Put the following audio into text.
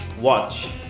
watch